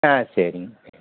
ஆ சரிங்க